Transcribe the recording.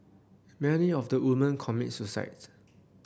many of the women commit suicides